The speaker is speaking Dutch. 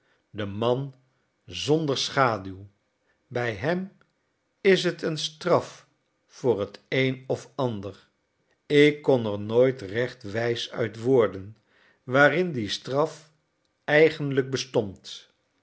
de man zonder schaduw bij hem is t een straf voor t een of ander ik kon er nooit recht wijs uit worden waarin die straf eigenlijk bestond